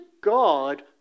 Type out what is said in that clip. God